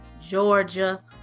Georgia